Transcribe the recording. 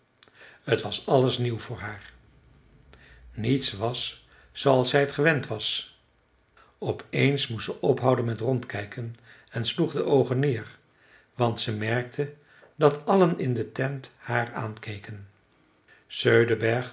t was alles nieuw voor haar niets was zooals zij het gewend was op eens moest ze ophouden met rondkijken en sloeg de oogen neer want ze merkte dat allen in de tent haar aankeken